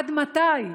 עד מתי?